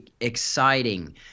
exciting